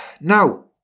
Now